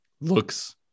looks